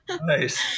Nice